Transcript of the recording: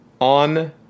on